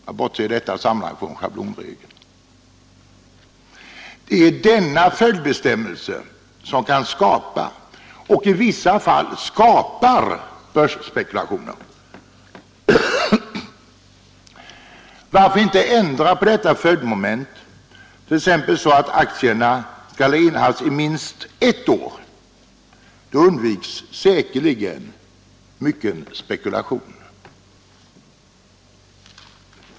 Jag bortser i detta sammanhang från schablonregeln. Det är denna följdbestämmelse som kan skapa och i vissa fall skapar börsspekulationer. Varför inte ändra på detta följdmoment t.ex. så att aktierna skall ha innehafts i minst ett år? Då undviks säkerligen spekulation.